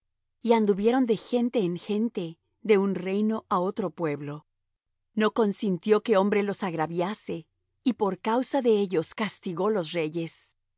y anduvieron de gente en gente de un reino á otro pueblo no consintió que hombre los agraviase y por causa de ellos castigó los reyes no